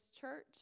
church